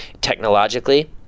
technologically